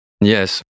Yes